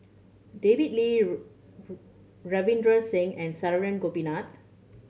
David Lee Ravinder Singh and Saravanan Gopinathan